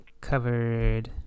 covered